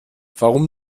warum